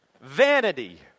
Vanity